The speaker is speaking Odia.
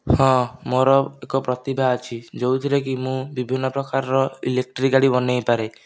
ହଁ ମୋର ଏକ ପ୍ରତିଭା ଅଛି ଯେଉଁଥିରେ କି ମୁଁ ବିଭିନ୍ନ ପ୍ରକାରର ଇଲେକଟ୍ରିକ୍ ଗାଡ଼ି ବନେଇପାରେ